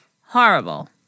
horrible